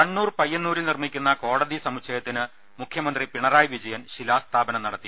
കണ്ണൂർ പയ്യന്നൂരിൽനിർമ്മിക്കുന്ന കോടതി സമുച്ചയത്തിന് മുഖ്യമന്ത്രി പിണറായി വിജയൻ ശിലാസ്ഥാപനം നടത്തി